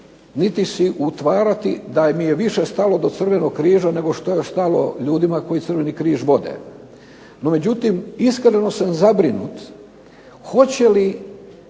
niti si utvarati da mi je više stalo do Crvenog križa nego što je stalo ljudima koji Crveni križ vode. No međutim, iskreno sam zabrinut hoće li